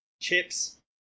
chips